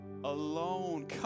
alone